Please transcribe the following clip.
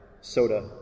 Soda